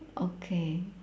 okay